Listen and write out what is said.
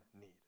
need